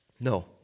No